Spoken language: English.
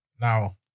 Now